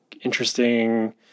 interesting